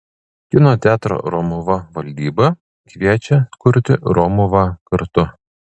kino teatro romuva valdyba kviečia kurti romuvą kartu